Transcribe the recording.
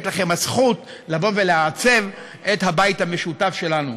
לכם הזכות לבוא ולעצב את הבית המשותף שלנו.